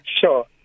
Sure